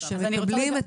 שמקבלים את